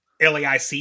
LAIC